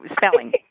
spelling